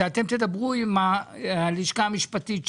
אני מבקש שאתם תדברו עם הלשכה המשפטית שלנו,